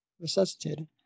resuscitated